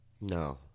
No